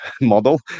model